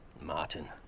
Martin